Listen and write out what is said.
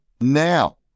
Now